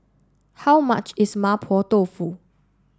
how much is Mapo Tofu